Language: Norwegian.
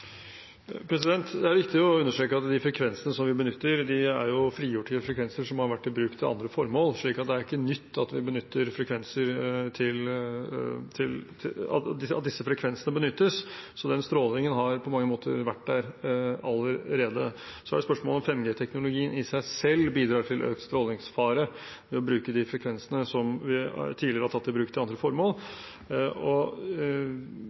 Det er viktig å understreke at de frekvensene vi benytter, er frigjorte frekvenser som har vært i bruk til andre formål. Det er ikke nytt at disse frekvensene benyttes. Den strålingen har på mange måter vært der allerede. Så er det spørsmål om 5G-teknologien i seg selv bidrar til økt strålingsfare ved å bruke de frekvensene som vi tidligere har tatt i bruk til andre